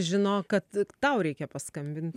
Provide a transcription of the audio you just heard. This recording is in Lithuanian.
žino kad tau reikia paskambint